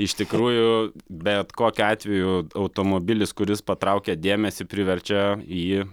iš tikrųjų bet kokiu atveju automobilis kuris patraukia dėmesį priverčia į jį